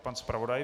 Pan zpravodaj.